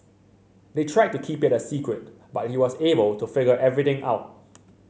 they tried to keep it a secret but he was able to figure everything out